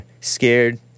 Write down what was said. scared